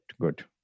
good